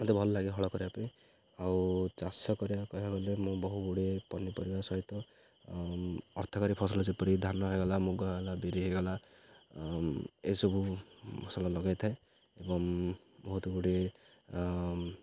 ମୋତେ ଭଲ ଲାଗେ ହଳ କରିବା ପାଇଁ ଆଉ ଚାଷ କରିବା କହିବାକୁ ଗଲେ ମୁଁ ବହୁଗୁଡ଼ିଏ ପନିପରିବା ସହିତ ଅର୍ଥକାରୀ ଫସଲ ଯେପରି ଧାନ ହୋଇଗଲା ମୁଗ ହୋଇଗଲା ବିରି ହୋଇଗଲା ଏସବୁ ଫସଲ ଲଗାଇଥାଏ ଏବଂ ବହୁତଗୁଡ଼ିଏ